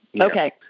Okay